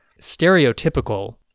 stereotypical